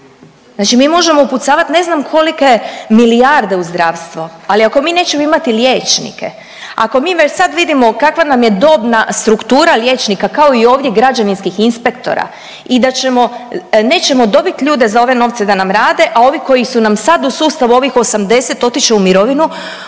Znači mi možemo upucavati ne znam kolike milijarde u zdravstva, ali ako mi nećemo imati liječnike, ako mi već sada vidimo kakva nam je dobna struktura liječnika kao i ovdje građevinskih inspektora i da ćemo, nećemo dobiti ljude za ove novce da nam rade a ovi koji su nam sada u sustavu ovih 80 otići će u mirovinu